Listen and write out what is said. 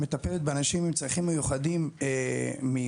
מטפלת באנשים עם צרכים מיוחדים ממסגרות